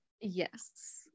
yes